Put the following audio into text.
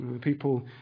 People